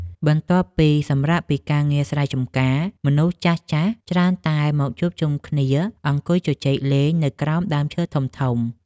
បន្ទាប់ពីសម្រាកពីការងារស្រែចម្ការ មនុស្សចាស់ៗច្រើនតែមកជួបជុំគ្នាអង្គុយជជែកលេងនៅក្រោមដើមឈើធំៗ។